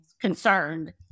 concerned